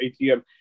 ATM